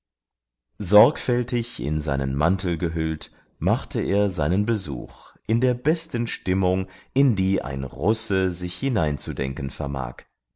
sorgfältig in seinen mantel gehüllt machte er seinen besuch in der besten stimmung in die ein russe sich hineinzudenken vermag